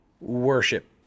worship